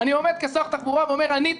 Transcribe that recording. אני עומד כשר תחבורה ואומר: אני,